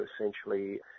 essentially